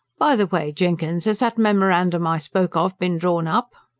by the way, jenkins, has that memorandum i spoke of been drawn up?